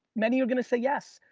many are going to say yes.